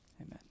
amen